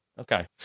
okay